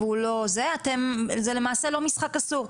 זה למעשה לא משחק אסור,